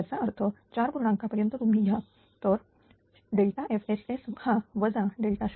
याचा अर्थ 4 पूर्णांक का पर्यंत तुम्ही घ्या तरFSSहा वजा 0